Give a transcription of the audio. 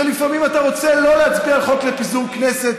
ולפעמים אתה רוצה לא להצביע על חוק לפיזור כנסת,